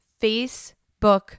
Facebook